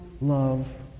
love